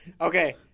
Okay